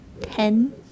ten